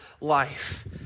life